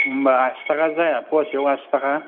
होम्बा आसि थाखा जाया फवासेआव आसि थाखा